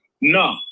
No